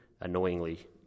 annoyingly